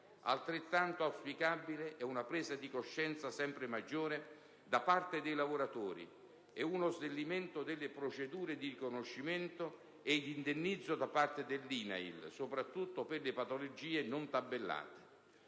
Altrettanto auspicabile sono una presa di coscienza sempre maggiore da parte dei lavoratori ed uno snellimento delle procedure di riconoscimento e di indennizzo da parte dell'INAIL, soprattutto per le patologie non tabellate.